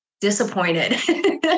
disappointed